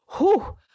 whoo